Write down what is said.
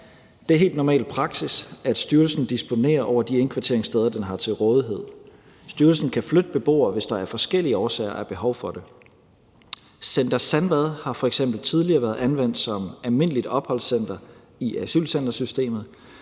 Det er helt normal praksis, at styrelsen disponerer over de indkvarteringssteder, den har til rådighed. Styrelsen kan flytte beboere, hvis der af forskellige årsager er behov for det. Center Sandvad har f.eks. tidligere været anvendt som almindeligt opholdscenter i asylcentersystemet,